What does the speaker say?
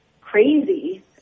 crazy